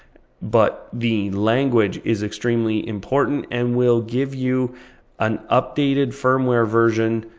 but the language is extremely important, and will give you an updated firmware version,